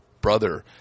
brother